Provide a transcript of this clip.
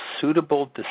suitable